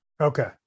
Okay